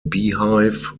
beehive